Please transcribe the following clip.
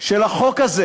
של החוק הזה